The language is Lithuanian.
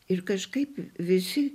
ir kažkaip visi